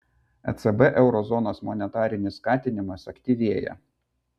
ecb euro zonos monetarinis skatinimas aktyvėja